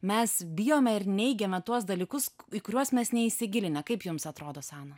mes bijome ir neigiame tuos dalykus kuriuos mes neįsigilinę kaip jums atrodo sana